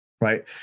right